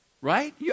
right